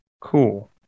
Cool